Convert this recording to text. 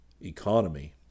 Economy